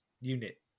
unit